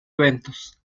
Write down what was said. eventos